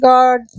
God